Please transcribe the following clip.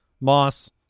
Moss